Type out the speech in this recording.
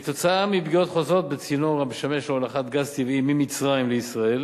כתוצאה מפגיעות חוזרות בצינור המשמש להולכת גז טבעי ממצרים לישראל